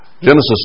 Genesis